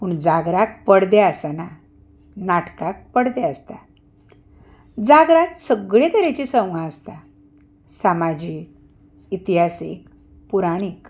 पूण जागराक परदे आसना नाटकाक पडदे आसता जागराक सगले तरेन संवगां आसता सामाजीक इतिहासीक पुराणीक